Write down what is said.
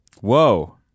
Whoa